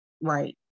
Right